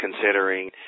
considering